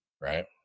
Right